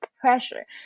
pressure